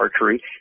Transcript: archery